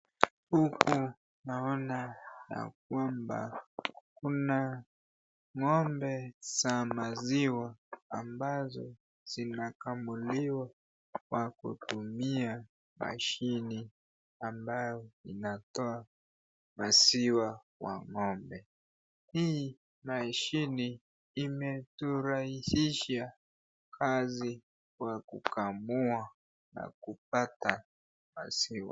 Hapa Naona ya kwamba kuna ng'ombe za maziwa ambazo zinakamuliwa kwa kutumia mashine ambayo inatoa maziwa ya ng'ombe. Hii mashine imeturahisishia kazi kwa kukamua na kupata maziwa.